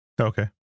Okay